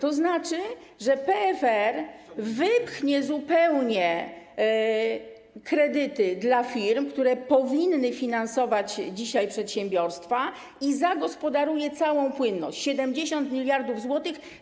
To znaczy, że PFR wypchnie zupełnie kredyty dla firm, które powinny finansować dzisiaj przedsiębiorstwa, i zagospodaruje całą płynność, czyli 70 mld zł.